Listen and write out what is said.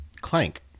Clank